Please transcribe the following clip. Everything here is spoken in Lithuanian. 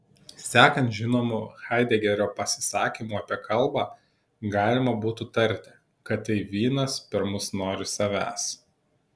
sekant žinomu haidegerio pasisakymu apie kalbą galima būtų tarti kad tai vynas per mus nori savęs